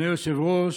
אדוני היושב-ראש,